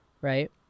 right